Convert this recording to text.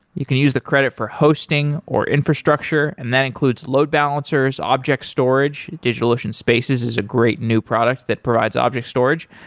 you can use the credit for hosting, or infrastructure, and that includes load balancers, object storage. digitalocean spaces is a great new product that provides object storage,